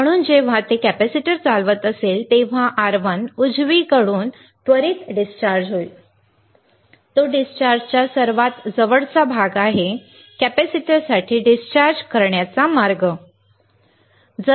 म्हणून जेव्हा ते कॅपेसिटर चालवत असेल तेव्हा R1 उजवीकडून त्वरीत डिस्चार्ज होईल तो डिस्चार्जचा सर्वात जवळचा भाग आहे कॅपेसिटरसाठी डिस्चार्ज करण्याचा मार्ग बरोबर